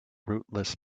rootless